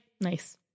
Nice